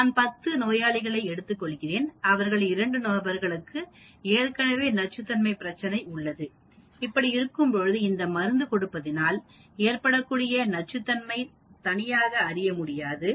நான் பத்து நோயாளிகளை எடுத்துக்கொள்கிறேன் அவர்களில் 2 நபர்களுக்கு ஏற்கனவே நச்சுத்தன்மை பிரச்சனை உள்ளது இப்படி இருக்கும் பொழுது இந்த மருந்து கொடுப்பதினால் ஏற்படக்கூடிய நச்சுத்தன்மையை தனியாக அறியமுடியாது